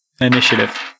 initiative